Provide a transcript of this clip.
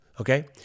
okay